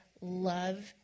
love